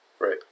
Right